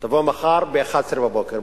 תבוא מחר ב-11:00.